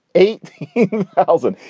eight thousand.